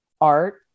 art